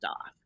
off